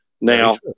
Now